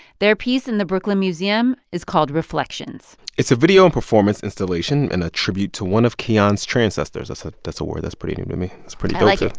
their piece in the brooklyn museum is called reflections. it's a video and performance installation and a tribute to one of kiyan's transcestors. that's ah that's a word that's pretty new to me. it's pretty like yeah